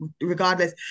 regardless